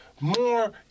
More